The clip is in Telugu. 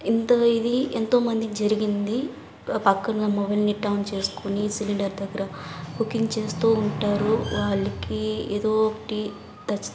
ఎంత ఇది ఎంతోమంది జరిగింది పక్కన మొబైల్ నెట్ ఆన్ చేసుకొని సిలిండర్ దగ్గర కుకింగ్ చేస్తూ ఉంటారు వాళ్ళకి ఏదో ఒకటి ఖచ్